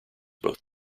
both